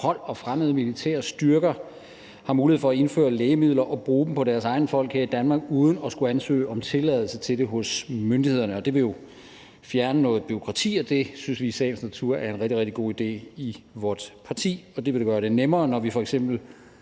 og fremmede militære styrker mulighed for at indføre lægemidler og bruge dem på deres egne folk her i Danmark uden at skulle ansøge om tilladelse til det hos myndighederne. Det vil jo fjerne noget bureaukrati, og det synes vi i vort parti i sagens natur er en rigtig, rigtig god idé. Det vil gøre det nemmere, når vi f.eks.